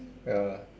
ya